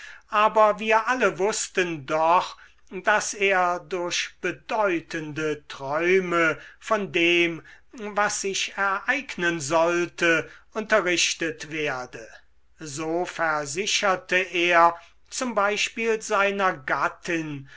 aber wir alle wußten doch daß er durch bedeutende träume von dem was sich ereignen sollte unterrichtet werde so versicherte er z b seiner gattin